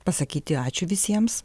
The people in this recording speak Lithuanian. pasakyti ačiū visiems